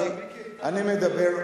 אני מדבר,